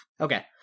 Okay